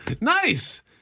nice